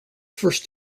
first